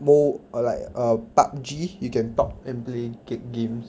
mo~ err like err P_U_B_G you can talk and play ga~ games